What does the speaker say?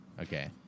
Okay